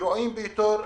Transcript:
גרועים ביותר.